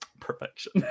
perfection